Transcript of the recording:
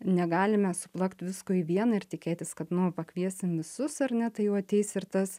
negalime suplakt visko į vieną ir tikėtis kad nu pakviesim visus ar ne tai jau ateis ir tas